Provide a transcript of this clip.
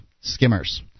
skimmers